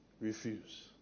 refuse